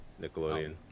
Nickelodeon